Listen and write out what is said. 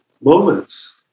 moments